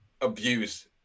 abuse